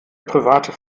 private